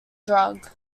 drug